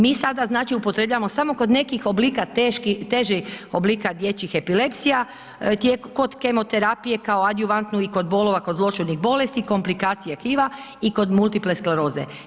Mi sada, znači, upotrebljavamo samo kod nekih oblika, težih oblika dječjih epilepsija, kod kemoterapije kao adiovantnu i kod bolova kod zloćudnih bolesti, komplikacije tkiva i kod multiple skleroze.